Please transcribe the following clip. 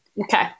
Okay